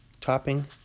topping